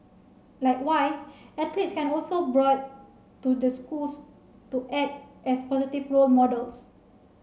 likewise athletes can also brought to the schools to act as positive role models